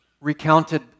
recounted